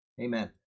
Amen